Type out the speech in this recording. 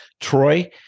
Troy